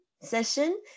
session